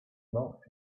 love